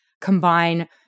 combine